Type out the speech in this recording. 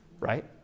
right